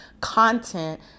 content